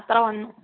അത്ര വന്നു